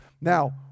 Now